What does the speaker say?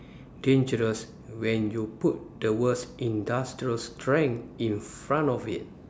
dangerous when you put the words industrial strength in front of it